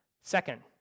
Second